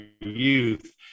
youth